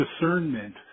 discernment